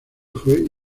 fue